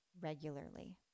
regularly